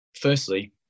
Firstly